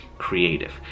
creative